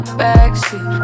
backseat